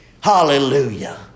Hallelujah